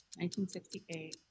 1968